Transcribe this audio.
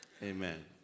Amen